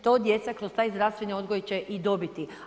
To djeca, kroz taj zdravstveni odgoj će i dobiti.